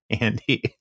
Andy